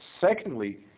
Secondly